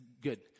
good